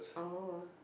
oh